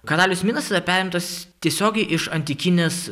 karalius minas yra perimtas tiesiogiai iš antikinės